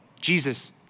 Jesus